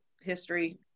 history